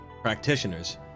practitioners